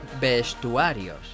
Vestuarios